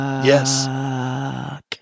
Yes